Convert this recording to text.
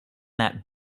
that